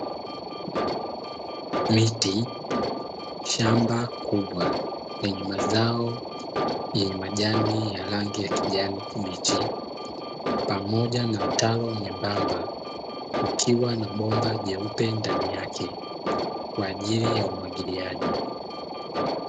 Miti shamba kubwa yenye mazao yenye majani ya rangi ya kijani kibichi pamoja na mtaro mwembamba ukiwa na bomba nyeupe ndani yake kwa ajili ya umwagiliaji.